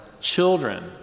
Children